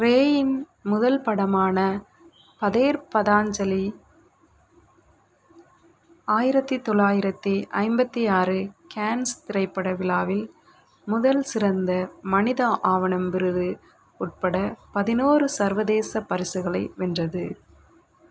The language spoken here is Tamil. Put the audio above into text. ரேயின் முதல் படமான பதேர் பதாஞ்சலி ஆயிரத்தி தொள்ளாயிரத்தி ஐம்பத்தி ஆறு கேன்ஸ் திரைப்பட விழாவில் முதல் சிறந்த மனித ஆவணம் விருது உட்பட பதினோரு சர்வதேச பரிசுகளை வென்றது